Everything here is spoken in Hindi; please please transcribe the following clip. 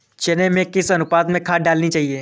चने में किस अनुपात में खाद डालनी चाहिए?